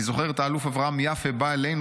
אני זוכר את האלוף אברהם יפה בא אלינו,